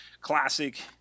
classic